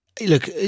look